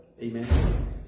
amen